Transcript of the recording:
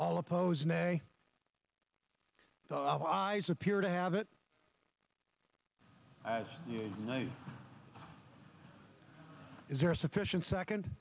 all oppose nay the i's appear to have it as you know is there a sufficient second